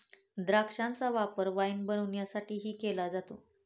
द्राक्षांचा वापर वाईन बनवण्यासाठीही केला जातो